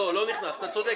אתה צודק.